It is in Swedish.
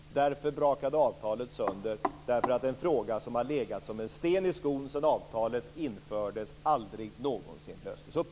Avtalet brakade sönder därför att en fråga som har legat som en sten i skon sedan avtalet infördes aldrig någonsin löstes upp.